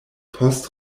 post